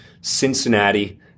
Cincinnati